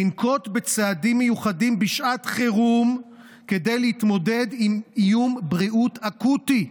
לנקוט צעדים מיוחדים בשעת חירום כדי להתמודד עם איום בריאות אקוטי,